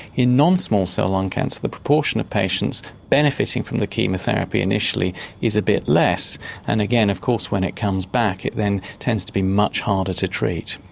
in non-small cell lung cancer the proportion of patients benefiting from the chemotherapy initially is a bit less and again of course when it comes back it then tends to be much harder to treat.